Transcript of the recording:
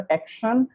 action